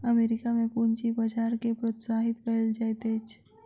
America में पूंजी बजार के प्रोत्साहित कयल जाइत अछि